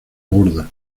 gorda